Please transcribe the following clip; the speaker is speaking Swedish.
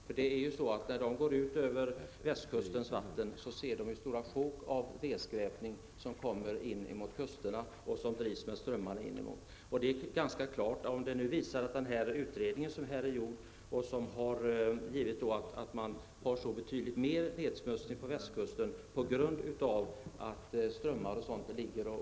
När man från kustbevakningen övervakar västkustens vatten ser man nämligen stora områden som är nedskräpade och som med strömmarna rör sig in mot kusterna. Den utredning som har gjorts visar att nedsmutsningen på västkusten är betydligt värre än på andra håll på grund av vindarna och strömmarna in mot kusten.